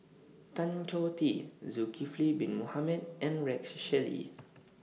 Tan Choh Tee Zulkifli Bin Mohamed and Rex Shelley